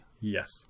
Yes